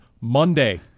Monday